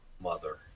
mother